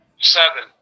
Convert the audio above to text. Seven